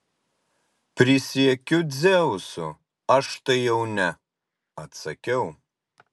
prisiekiu dzeusu aš tai jau ne atsakiau